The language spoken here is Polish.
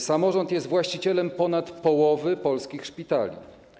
Samorząd jest właścicielem ponad połowy polskich szpitali.